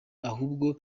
ahubwo